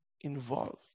involved